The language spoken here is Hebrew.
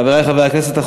חברי חברי הכנסת,